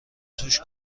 توش